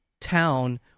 town